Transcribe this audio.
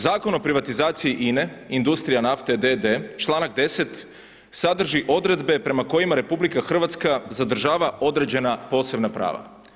Zakon o privatizaciji INA-e industrija nafte d.d. članak 10. sadrži odredbe prema kojima RH zadržava određena posebna prava.